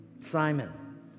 Simon